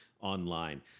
online